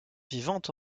vivant